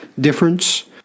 difference